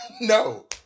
No